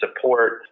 support